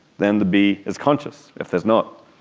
then the bee is conscious. if there is not,